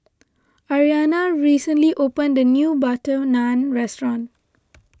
Ariana recently opened a new Butter Naan restaurant